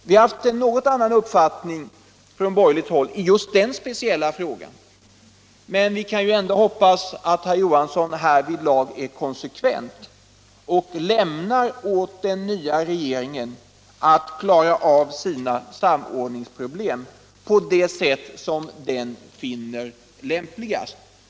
Vi har haft en något annan uppfattning från borgerligt håll just i den speciella frågan, men vi kan ändå hoppas att herr Johansson härvidlag är konsekvent och lämnar åt den nya regeringen att klara av sina samordningsproblem på det sätt som den finner lämpligast.